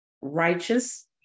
righteous